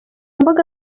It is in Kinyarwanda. mbuga